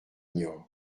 niort